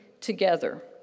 together